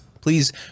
Please